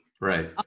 Right